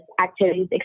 activities